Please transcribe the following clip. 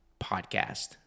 podcast